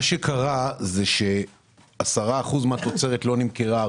מה שקרה הוא ש-10% מן התוצרת לא נמכרה,